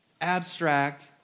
abstract